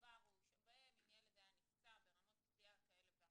עברו שבהן אם ילד היה נפצע ברמת פציעה כאלה ואחרות,